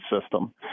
system